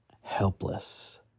helpless